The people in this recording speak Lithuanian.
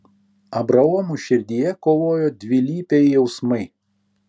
abraomo širdyje kovojo dvilypiai jausmai